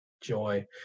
joy